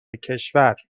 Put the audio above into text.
کشور